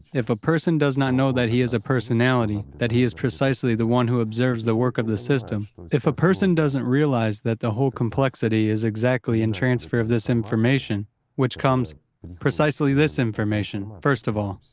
if a person does not know that he is a personality, that he is precisely the one who observes the work of the system. if a person doesn't realise that the whole complexity is exactly in transfer of this information which comes precisely this information, first of all.